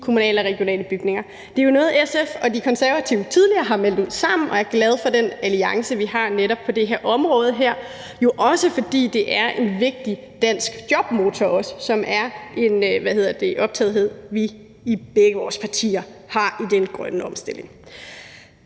kommunale og regionale bygninger. Det er jo noget, SF og De Konservative tidligere har meldt ud sammen, og jeg er glad for den alliance, vi har netop på det her område, også fordi det er en vigtig dansk jobmotor for den grønne omstilling, som vi i begge partier er meget optaget